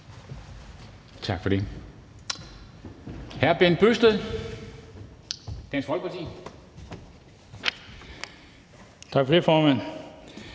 Tak for det.